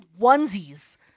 onesies